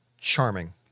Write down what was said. charming